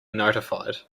notified